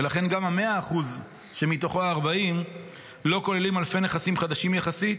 ולכן גם ה-100% שמתוכו ה-40% לא כוללים אלפי נכסים חדשים יחסית